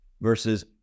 Versus